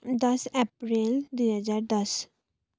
दस अप्रेल दुई हजार दस